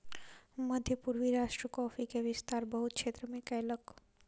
मध्य पूर्वी राष्ट्र कॉफ़ी के विस्तार बहुत क्षेत्र में कयलक